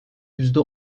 yüzde